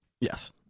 Yes